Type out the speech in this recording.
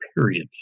period